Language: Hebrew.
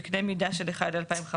בקנה מידה 1:2,500),